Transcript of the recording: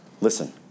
Listen